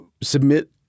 submit